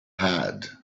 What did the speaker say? had